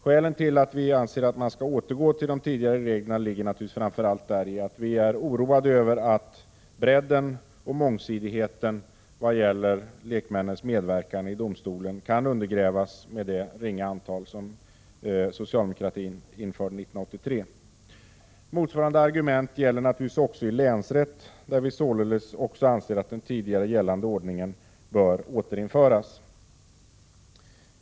Skälen till att vi anser att man skall återgå till de tidigare reglerna ligger framför allt däri att vi är oroade över att bredden och mångsidigheten i fråga om lekmännens medverkan i domstolen kan undergrävas med det ringa antal lekmän som socialdemokratin fattade beslut om 1983. Motsvarande argument gäller naturligtvis också i länsrätt, där vi således också anser att den tidigare gällande ordningen bör återinföras.